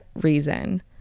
reason